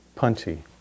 punchy